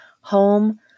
home